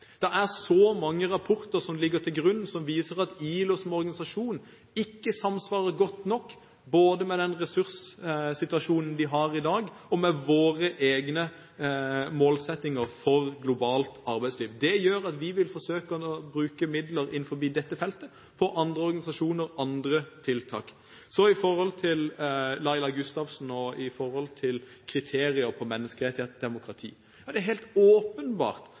er så mange rapporter som ligger til grunn som viser at ILO som organisasjon ikke samsvarer godt nok, verken med den ressurssituasjonen vi har i dag, eller med våre egne målsettinger for globalt arbeidsliv. Det gjør at vi vil forsøke å bruke midler innenfor dette feltet på andre organisasjoner og andre tiltak. Så til Laila Gustavsen og kriterier for menneskerettigheter i et demokrati: Det er helt åpenbart